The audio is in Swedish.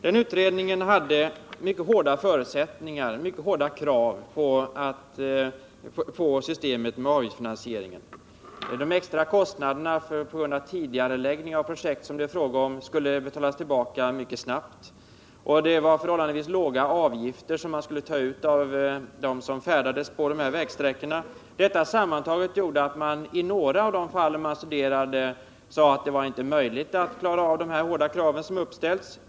Den utredningen hade mycket hårda krav på systemet med avgiftsfinansiering. De extra kostnaderna på grund av tidigareläggning av projekt skulle betalas tillbaka mycket snabbt, och det rörde sig om förhållandevis låga avgifter, som man skulle ta ut av dem som färdades på de här vägsträckorna. Detta sammantaget gjorde att man i några av de fall man studerade sade att det inte var möjligt att klara av de hårda krav som ställdes.